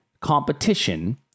competition